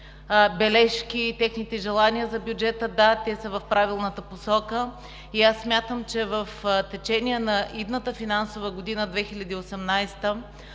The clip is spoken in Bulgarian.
бележки и желания за бюджета. Да, те са в правилната посока и смятам, че в течение на идната финансова година – 2018-а,